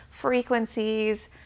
frequencies